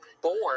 born